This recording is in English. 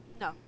No